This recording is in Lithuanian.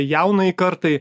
jaunajai kartai